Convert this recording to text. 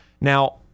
Now